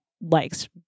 likes